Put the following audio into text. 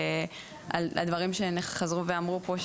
על דברים שחזרו ואמרו פה,